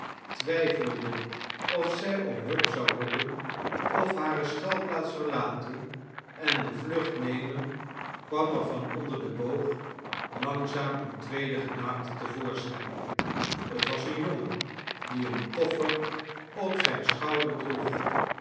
twijfelende of zij om hulp zou roepen of hare schuilplaats verlaten en de vlucht nemen kwam er van onder den boog langzaam eene tweede gedaante te voorschijn het was een jongen die een koffer op zijn schouder droeg